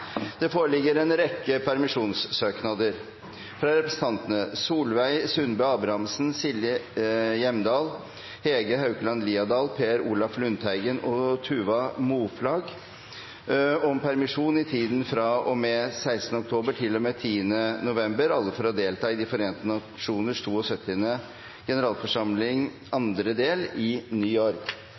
Det foreligger en rekke permisjonssøknader: fra representantene Solveig Sundbø Abrahamsen , Silje Hjemdal , Hege Haukeland Liadal , Per Olaf Lundteigen og Tuva Moflag om permisjon i tiden fra og med 16. oktober til og med 10. november – alle for å delta i De forente nasjoners 72. generalforsamling, andre del, i New York